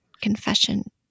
confession